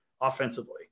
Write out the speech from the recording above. offensively